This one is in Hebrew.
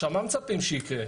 מה מצפים שיקרה?